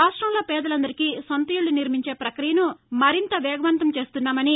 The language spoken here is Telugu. రాష్టంలో పేదలందరికీ సొంత ఇళ్ళు నిర్మించే ప్రక్రియను మరింత వేగవంతం చేస్తున్నామన్నారు